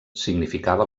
significava